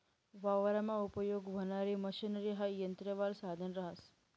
वावरमा उपयेग व्हणारी मशनरी हाई यंत्रवालं साधन रहास